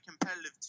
competitive